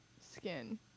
skin